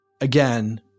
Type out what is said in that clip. Again